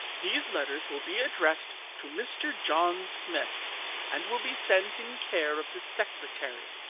these letters will be addressed to mr. john smith and will be sent in care of the secretary.